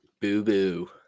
Boo-boo